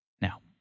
Now